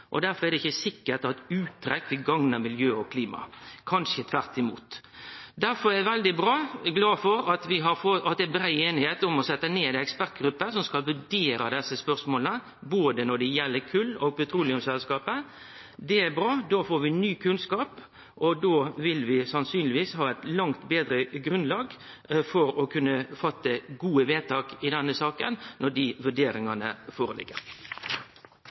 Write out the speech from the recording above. og derfor er det ikkje sikkert at uttrekk vil gagne miljøet og klimaet – kanskje tvert imot. Derfor er eg veldig glad for at det er brei einigheit om å setje ned ei ekspertgruppe som skal vurdere desse spørsmåla, når det gjeld både kol- og petroleumsseskap. Det er bra. Då får vi ny kunnskap, og når dei vurderingane ligg føre, vil vi sannsynlegvis ha eit langt betre grunnlag for å kunne fatte gode vedtak i denne saka.